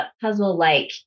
puzzle-like